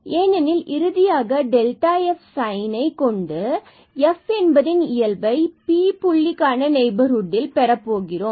ஏனெனில் இறுதியாக நாம் f இதனை கொண்டு f என்பதின் இயல்பை P புள்ளிக்கான நெய்பர்ஹுட்டில் பெறப்போகிறோம்